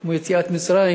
כמו יציאת מצרים,